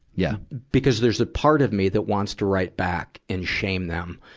yeah because there's a part of me that wants to write back and shame them.